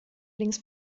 links